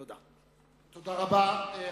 תודה רבה.